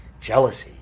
jealousy